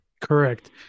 Correct